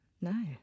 No